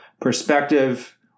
perspective